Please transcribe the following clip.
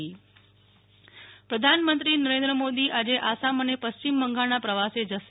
નેહ્લ ઠક્કર પ્રધાનમંત્રી ઓસામ પ્રધાનમંત્રીનરેન્દ્ર મોદી આજે આસામ અને પશ્ચિમ બંગાળના પ્રવાસે જશે